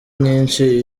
nyinshi